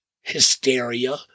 Hysteria